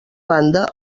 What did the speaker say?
banda